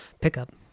pickup